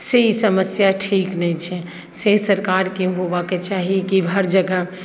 से ई समस्या ठीक नहि छै से सरकारके होवयके चाही कि हर जगह